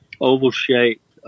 oval-shaped